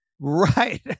Right